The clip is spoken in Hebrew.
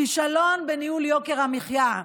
כישלון בניהול יוקר המחיה.